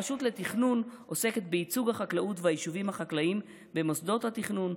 הרשות לתכנון עוסקת בייצוג החקלאות והיישובים החקלאיים במוסדות התכנון,